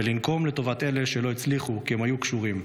ולנקום לטובת אלה שלא הצליחו כי הם היו קשורים.